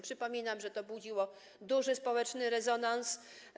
Przypominam, że to budziło duży społeczny rezonans.